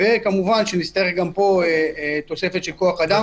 כמובן שנצטרך גם פה תוספת של כוח-אדם,